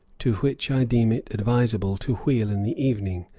to which i deem it advisable to wheel in the evening,